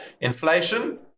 Inflation